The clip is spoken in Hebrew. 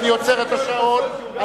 אני עוצר את השעון.